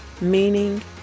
meaning